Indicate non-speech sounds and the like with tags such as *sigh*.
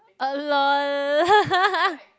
err lol *laughs*